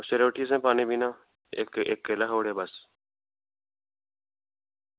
सबेरै उट्ठियै तुसें पानी पीना इक्क केला खाई ओड़ेआ बस